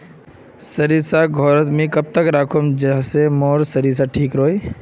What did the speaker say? सरिस घोरोत कब तक राखुम जाहा लात्तिर मोर सरोसा ठिक रुई?